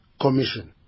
commission